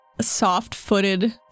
Soft-footed